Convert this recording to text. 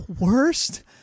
worst